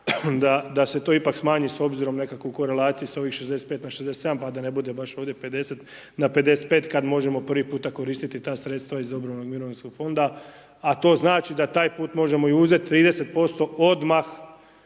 da se to ipak smanji s obzirom nekako u korelaciji sa ovih 65 na 67 pa da ne bude baš ovdje 50 na 55 kad možemo prvi puta koristiti ta sredstva iz dobrovoljnog mirovinskog fonda, a to znači da taj put možemo i uzet 30% odmah